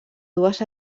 dues